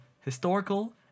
historical